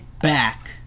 back